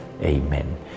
Amen